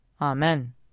Amen